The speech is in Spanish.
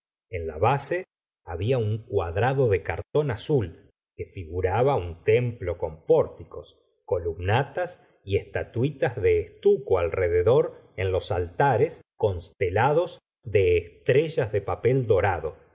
en la base había un cuadrado de cartón azul que figuraba un templo con pórticos columnatas y estatuitas de estuco alrededor en los altares constelados de estrellas de papel dorado